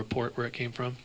report where it came from